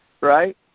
right